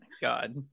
God